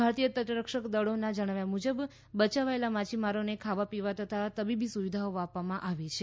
ભારતીય તટરક્ષક દળોના જણાવ્યા મુજબ બયાવાયેલા માછીમારોને ખાવા પીવા તથા તબીબી સુવિધાઓ આપવામાં આવી છે